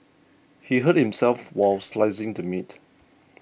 he hurt himself while slicing the meat